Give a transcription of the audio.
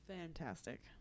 fantastic